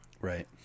Right